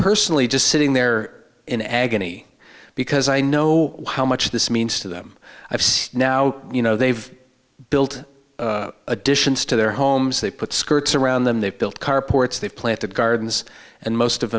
personally just sitting there in agony because i know how much this means to them i've seen now you know they've built additions to their homes they've put skirts around them they've built carports they've planted gardens and most of